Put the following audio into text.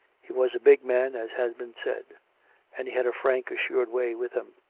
he was a big man, as has been said and he had a frank assured way with him